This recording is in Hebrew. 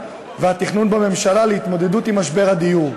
התאמת מבנה ניהול הנדל"ן והתכנון בממשלה להתמודדות עם משבר הדיור.